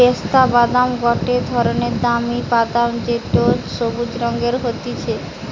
পেস্তা বাদাম গটে ধরণের দামি বাদাম যেটো সবুজ রঙের হতিছে